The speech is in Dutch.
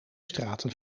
straten